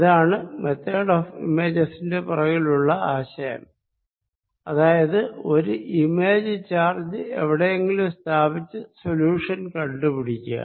ഇതാണ് method of images ന്റെ പിറകിലുള്ള ആശയം അതായത് ഒരു ഇമേജ് ചാർജ് എവിടെയെങ്കിലും സ്ഥാപിച്ച് സൊല്യൂഷൻ കണ്ടു പിടിക്കുക